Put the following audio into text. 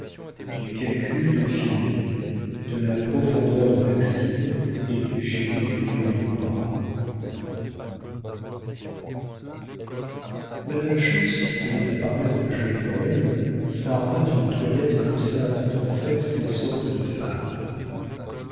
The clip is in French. du calcul de finot de la profondeur de maxime et du génie de léon de lora madame schontz qui tenait à paraître jeune et belle s'arma d'une toilette comme savent en faire ces sortes de femmes